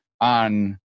on